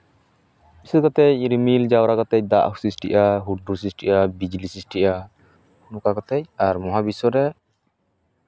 ᱵᱤᱥᱮᱥ ᱠᱟᱛᱮᱜ ᱨᱤᱢᱤᱞ ᱡᱟᱣᱨᱟ ᱠᱟᱛᱮᱫ ᱫᱟᱜ ᱥᱨᱤᱥᱴᱤᱜᱼᱟ ᱦᱩᱰᱩᱨ ᱥᱨᱤᱥᱴᱤᱜᱼᱟ ᱵᱤᱡᱽᱞᱤ ᱥᱨᱤᱥᱴᱤᱜᱼᱟ ᱱᱚᱝᱠᱟ ᱠᱟᱛᱮᱫ ᱢᱚᱦᱟ ᱵᱤᱥᱥᱚ ᱨᱮ